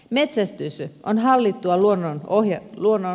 metsästys on hallittua luonnon hoitamista